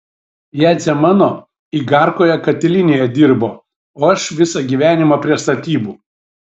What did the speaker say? jadzė mano igarkoje katilinėje dirbo o aš visą gyvenimą prie statybų